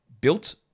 built